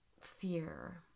fear